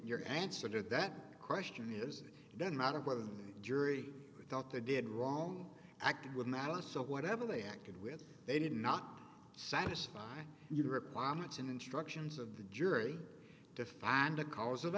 your answer to that question is it doesn't matter whether the jury thought they did wrong acted with malice or whatever they acted with they did not satisfy your requirements and instructions of the jury to find a cause of